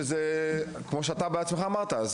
שכמו שאתה בעצמך אמרת,